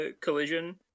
Collision